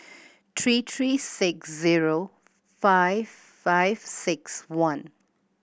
three three six zero five five six one